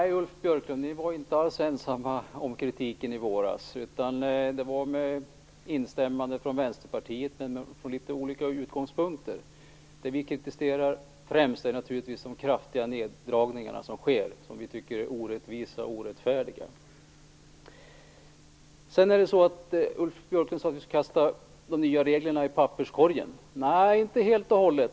Herr talman! Ni var inte alls ensamma om kritiken i våras, Ulf Björklund. Vänsterpartiet instämde, men från en litet annorlunda utgångspunkt. Det vi kritiserar främst är naturligtvis de kraftiga neddragningar som sker, som vi tycker är orättvisa och orättfärdiga. Ulf Björklund sade att vi skall kasta de nya reglerna i papperskorgen. Nej, det skall vi inte göra helt och hållet.